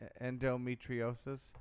endometriosis